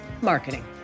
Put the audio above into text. marketing